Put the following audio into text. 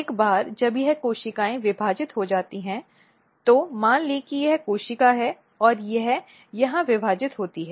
एक बार जब यह कोशिकाएं विभाजित हो जाती हैं तो मान लें कि यह कोशिका है और यह यहाँ विभाजित होती है